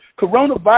Coronavirus